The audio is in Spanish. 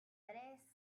tres